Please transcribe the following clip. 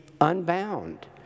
unbound